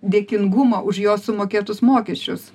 dėkingumą už jo sumokėtus mokesčius